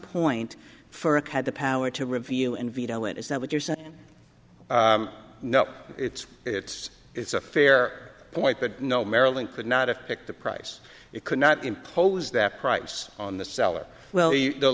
point for a had the power to review and veto it is that what you're saying no it's it's it's a fair point but no marilyn could not affect the price it could not impose that price on the seller